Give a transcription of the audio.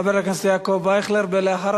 חבר הכנסת טיבי, תן לו לסיים.